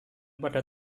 pada